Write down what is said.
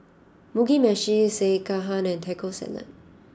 Mugi Meshi Sekihan and Taco Salad